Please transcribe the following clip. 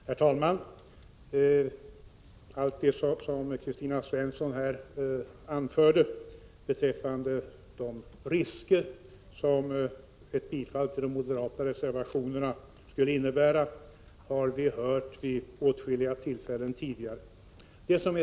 Herr talman! Allt det som Kristina Svensson anförde beträffande de risker som ett bifall till de moderata reservationerna skulle innebära har vi hört vid åtskilliga tillfällen tidigare.